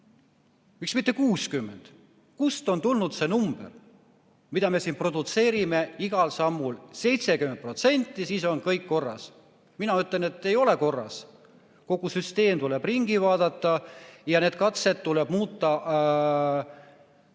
miks mitte 60? Kust on tulnud see number, mida me siin produtseerime igal sammul – 70%, siis on kõik korras? Mina ütlen, et ei ole korras. Kogu süsteem tuleb üle vaadata ja need katsed, mida